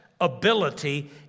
ability